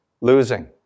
losing